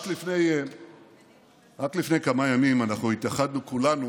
רק לפני כמה ימים אנחנו התייחדנו כולנו